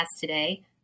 today